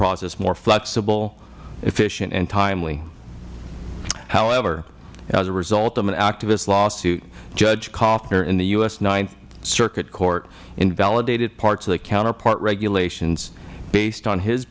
process more flexible efficient and timely however as a result of an activist lawsuit judge coffner in the u s ninth circuit court invalidated parts of the counterpart regulations based on his